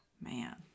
man